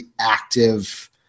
active